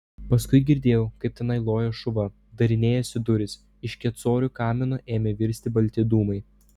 paskui girdėjau kaip tenai loja šuva darinėjasi durys iš kecorių kamino ėmė virsti balti dūmai